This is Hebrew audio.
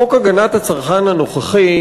חוק הגנת הצרכן הנוכחי,